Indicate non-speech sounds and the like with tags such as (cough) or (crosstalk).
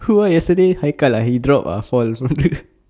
who ah yesterday haikal ah he drop ah fall (laughs)